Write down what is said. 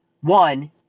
one